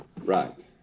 Right